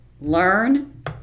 learn